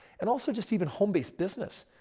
and also just even home-based business.